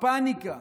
הפניקה,